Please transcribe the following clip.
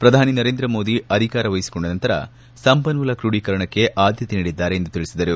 ಪ್ರಧಾನಿ ನರೇಂದ್ರ ಮೋದಿ ಅಧಿಕಾರ ವಹಿಸಿಕೊಂಡ ನಂತರ ಸಂಪನ್ನೂಲ ಕ್ರೊಡೀಕರಣಕ್ಕೆ ಆದ್ದತೆ ನೀಡಿದ್ದಾರೆ ಎಂದು ತಿಳಿಸಿದರು